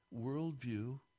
worldview